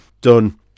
done